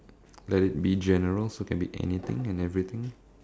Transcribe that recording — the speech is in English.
let it be general so can be anything and everything